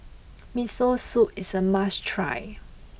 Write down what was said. Miso Soup is a must try